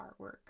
artwork